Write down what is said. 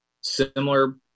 similar